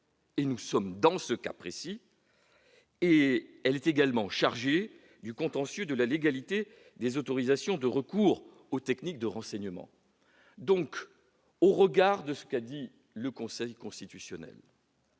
nous sommes dans ce cas précis. Enfin, elle est également chargée du contentieux de la légalité des autorisations de recours aux techniques de renseignement. Qu'il s'agisse de la décision du Conseil constitutionnel